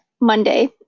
Monday